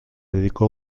dedicó